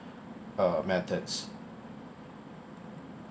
uh methods